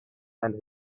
and